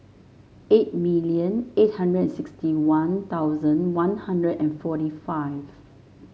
eight million eight hundred and sixty One Thousand One Hundred and forty five